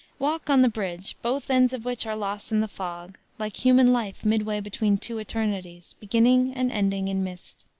walk on the bridge, both ends of which are lost in the fog, like human life midway between two eternities beginning and ending in mist.